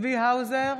צבי האוזר,